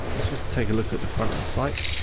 let's just take a look at the front of the site.